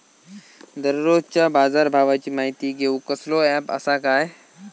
दररोजच्या बाजारभावाची माहिती घेऊक कसलो अँप आसा काय?